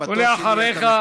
ואחריך,